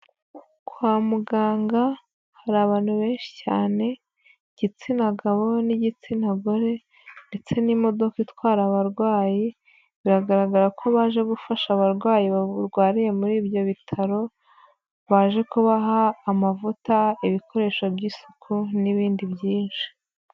Kwa muganga hari abantu benshi cyane, igitsina gabo n'igitsina gore ndetse n'imodoka itwara abarwayi, biragaragara ko baje gufasha abarwayi barwariye muri ibyo bitaro, baje kubaha amavuta, ibikoresho by'isuku n'ibindi byinshi.